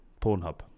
Pornhub